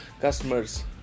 customers